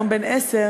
היום בן עשר,